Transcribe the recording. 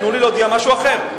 תנו לי להודיע משהו אחר.